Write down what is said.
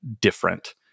different